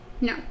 No